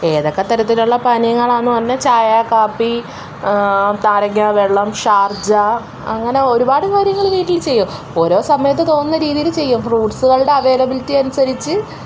ഏതൊക്കെ തരത്തിലുള്ള പാനിയങ്ങളാന്ന് പറഞ്ഞ് കഴിഞ്ഞാൽ ചായ കാപ്പി നാരങ്ങാവെള്ളം ഷാർജ അങ്ങനെ ഒരുപാട് കാര്യങ്ങള് ഓരോ രീതിയില് ചെയ്യും ഓരോ സമയത്ത് തോന്നുന്ന രീതിയില് ചെയ്യും ഫ്രൂട്സുകളുടെ അവെയിലബിലിറ്റി അനുസരിച്ച്